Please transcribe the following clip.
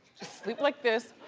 just sleep like this.